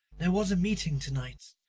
there was a meeting to-night.